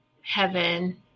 heaven